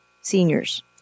seniors